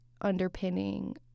underpinning